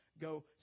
go